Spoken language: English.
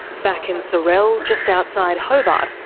back in sorell, just outside hobart,